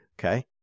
Okay